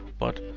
but,